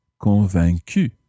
convaincu